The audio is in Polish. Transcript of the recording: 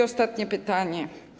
Ostatnie pytanie.